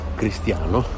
cristiano